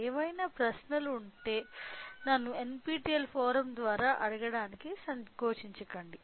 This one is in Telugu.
ఏవైనా ప్రశ్నలు ఉంటే నన్ను NPTEL ఫోరమ్ ద్వారా అడగడానికి సంకోచించవద్దు